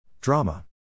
Drama